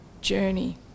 journey